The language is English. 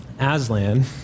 Aslan